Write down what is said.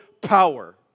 power